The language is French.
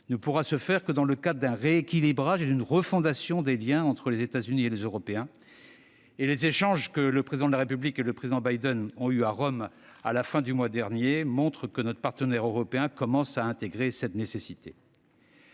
ne pourra se faire que dans le cadre d'un rééquilibrage et d'une refondation des liens entre les États-Unis et les Européens. Et les échanges que le Président de la République et le président Biden ont eus à Rome à la fin du mois dernier montrent que notre partenaire américain commence à intégrer cette nécessité.